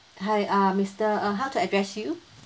hi uh mister uh how to address you